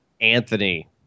Anthony